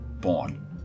born